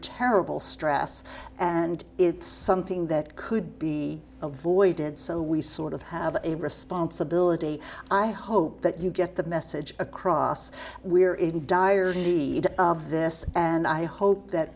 terrible stress and it's something that could be avoided so we sort of have a responsibility i hope that you get the message across we are in dire need of this and i hope that